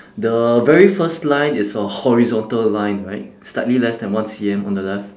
the very first line is a horizontal line right slightly less than one C_M on the left